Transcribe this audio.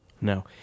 No